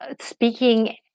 speaking